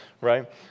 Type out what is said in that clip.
right